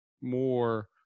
more